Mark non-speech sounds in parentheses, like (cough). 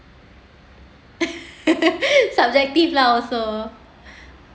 (laughs) subjective lah also